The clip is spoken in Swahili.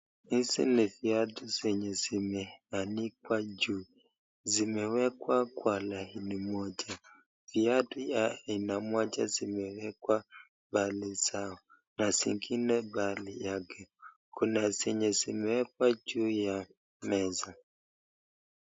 Hizi ni viatu zenye zimeanikwa juu. Zimewekwa kwa laini moja. Viatu za aina moja zimewekwa pahali zao na zingine pahali yake. Kuna zenye ziwekwa juu ya meza.